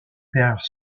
père